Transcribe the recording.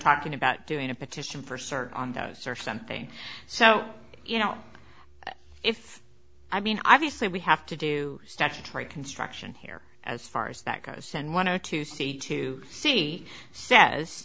talking about doing a petition for search on those or something so you know if i mean obviously we have to do statutory construction here as far as that goes and want to to see to see says